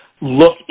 look